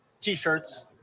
T-shirts